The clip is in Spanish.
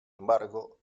embargo